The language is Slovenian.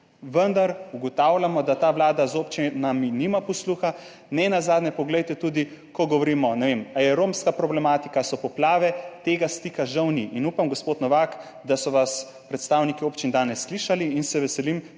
vendar ugotavljamo, da ta vlada za občine nima posluha. Nenazadnje poglejte, tudi ko govorimo o romski problematiki, o poplavah, tega stika žal ni. In upam, gospod Novak, da so vas predstavniki občin danes slišali, in se veselim,